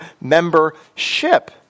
membership